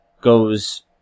goes